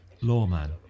Lawman